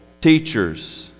teachers